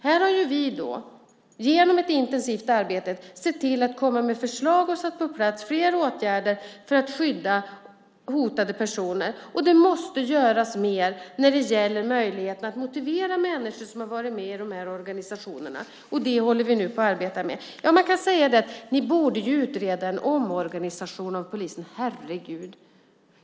Här har vi genom ett intensivt arbete sett till att komma med förslag och satt på plats flera åtgärder för att skydda hotade personer. Det måste göras mer för att motivera människor som har varit med i de här organisationerna. Det håller vi nu på att arbeta med. Man kan säga: Ni borde utreda en omorganisation av polisen. Herregud!